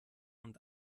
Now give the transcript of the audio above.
und